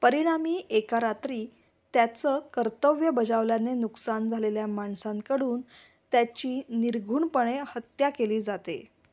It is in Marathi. परिणामी एका रात्री त्याचं कर्तव्य बजावल्याने नुकसान झालेल्या माणसांकडून त्याची निर्घृणपणे हत्या केली जाते